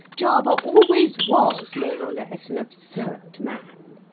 jarber always was more or less an absurd man.